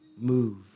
Move